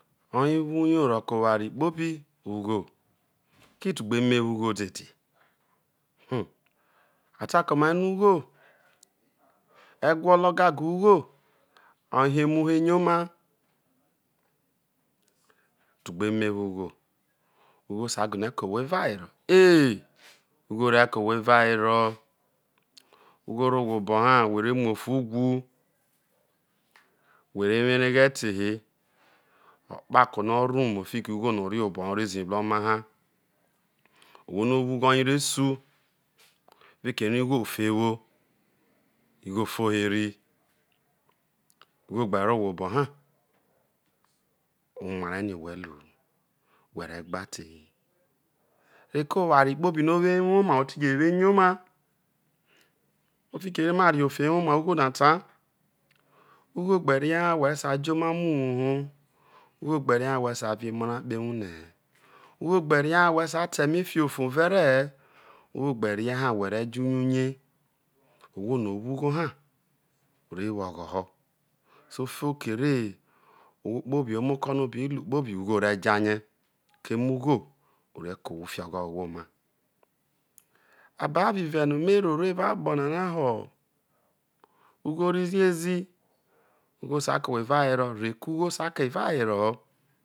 O̱ye wo uyo roke eware kpobi ugho, ke̱ tube eme yo̱ ughodede itum a take̱ omai no̱ ugho egwolo gaga ugho ooye ho̱ emuho eyoma tube eme yo ugho. Ugho sai gine̱ ke̱ ohwo evawero ee. Ugo re̱ ke̱ ohwo evawere ugho rre owhe obo ha whe re mu ofi whu, whe re wo areghe te he̱ ekpakono o̱ ru umu fiko ugho no̱ ono obo ha a re zihe ruo omaha ohwo no̱ o wo ugho oye resu fikiere ugho o fo ewo, ugho fo oheri ugho gbero owhe obo ha oma re̱ kpobi no̱ o wo ewoma oti je wo eyoma so fiki ere mu rri ofe ewoma ugho na tao ugho gbe rie ha whe sai je omamo uwouhu ugho gbe rie na whe sai uremo ra kpoho ewuhre̱ he̱ ugho gbe rie ha who sai ta emefiho̱ fofou vere he̱ ugho gbe rie ha whe̱ re jo uyuye owho no̱ owo ugho ha o re wo ogho ho̱ oo u fo keke owho kpobiwo omoko no̱ a bi ro ugho re̱ ja rie keme ugho e̱re̱ ke̱ fi ogho ho̱ ohwo oma abo avo lue no̱ ma roro evao akpo nana ho ugho rro ziezi ugho re̱ sai ke̱ evawero reko̱ ugho sai ke̱ evawero ho̱.